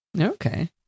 Okay